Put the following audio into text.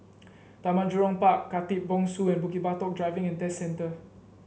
Taman Jurong Park Khatib Bongsu and Bukit Batok Driving And Test Centre